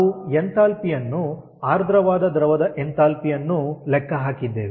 ನಾವು ಎಂಥಾಲ್ಪಿ ಯನ್ನು ಆರ್ದ್ರವಾದ ದ್ರವದ ಎಂಥಾಲ್ಪಿ ಯನ್ನು ಲೆಕ್ಕ ಹಾಕಿದ್ದೇವೆ